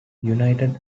united